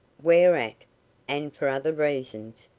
whereat, and for other reasons,